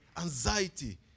Anxiety